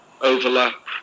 overlap